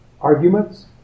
arguments